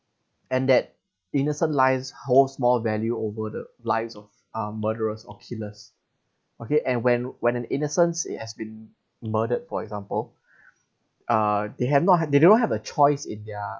and that innocent lives holds more value over the lives of uh murderers or killers okay and when when an innocence it has been murdered for example uh they have not they don't have a choice in their